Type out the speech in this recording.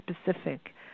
specific